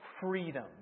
freedom